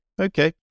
Okay